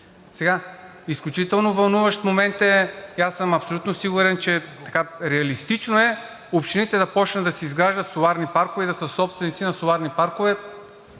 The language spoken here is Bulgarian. си. Изключително вълнуващ момент е и аз съм абсолютно сигурен, че е реалистично общините да почнат да си изграждат соларни паркове и да са собственици на соларни паркове.